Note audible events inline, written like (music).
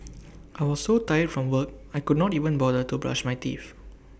(noise) I was so tired from work I could not even bother to brush my teeth